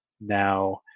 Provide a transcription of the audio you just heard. now